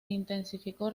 intensificó